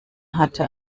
hatte